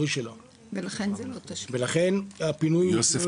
של באר שבע ולכן הפינוי הוא ללא תשלום.